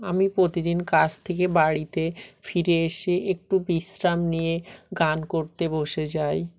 আমি প্রতিদিন কাজ থেকে বাড়িতে ফিরে এসে একটু বিশ্রাম নিয়ে গান করতে বসে যাই